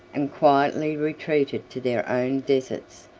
and quietly retreated to their own deserts,